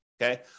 okay